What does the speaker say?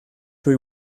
dwi